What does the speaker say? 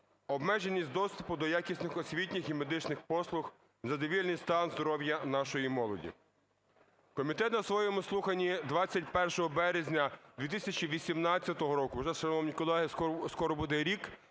обмеженість доступу до якісних освітніх і медичних послуг, незадовільний стан здоров'я нашої молоді. Комітет на своєму слуханні 21 березня 2018 року – вже, шановні колеги, скоро буде рік,